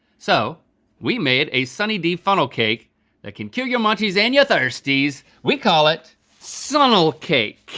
so we made a sunny d funnel cake that can cure your munchies and your thirsties, we call it sunnel cake.